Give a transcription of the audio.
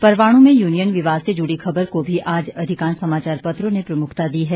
परवाणू में यूनियन विवाद से जुड़ी खबर को भी आज अधिकांश समाचार पत्रों ने प्रमुखता दी है